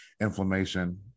inflammation